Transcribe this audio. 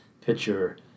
picture